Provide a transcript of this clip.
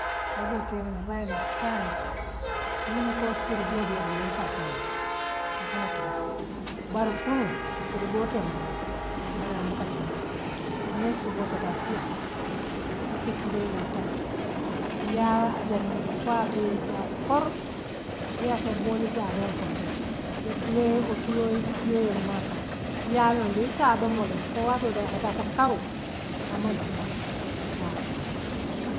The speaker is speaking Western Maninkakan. Woolebe keeriŋ na bare de saaňe mine ko firigool bee bulu ikaa kijee akana tiňaa bare kunuŋ firigoo teŋmbulu bare ambuka tiňaa niŋ yee suboo soto a siyaata issi tuloo duntaa ato yaa janindi foo abee ye jaa kor yaa kee boolu jaariŋ kono ye yee wo tuloo jioo yelema akaŋ yaa londi issaa domole foo waatoo doo ika taa foo karoo aman tiňaa haa.